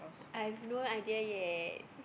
I have no idea yet